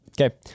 Okay